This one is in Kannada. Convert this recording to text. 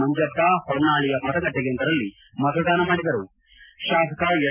ಮಂಜಪ್ಪ ಹೊನ್ನಾಳಿಯ ಮತಗಟ್ಟೆಯೊಂದರಲ್ಲಿ ಮತದಾನ ಮಾಡಿದರು ಶಾಸಕ ಎಸ್